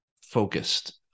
focused